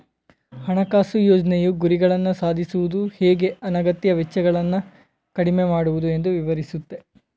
ಹಣಕಾಸು ಯೋಜ್ನೆಯು ಗುರಿಗಳನ್ನ ಸಾಧಿಸುವುದು ಹೇಗೆ ಅನಗತ್ಯ ವೆಚ್ಚಗಳನ್ನ ಕಡಿಮೆ ಮಾಡುವುದು ಎಂದು ವಿವರಿಸುತ್ತೆ